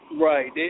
Right